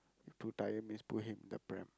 too tired means put him in the pram